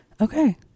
Okay